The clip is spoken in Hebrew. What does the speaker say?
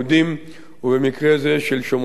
ובמקרה זה של שומרון ויהודה,